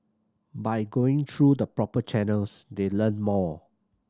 by going through the proper channels they learn more